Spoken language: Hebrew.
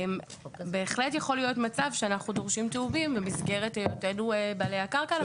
בהחלט יכול להיות מצב שאנחנו דורשים טיובים במסגרת היותנו בעלי הקרקע.